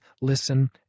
listen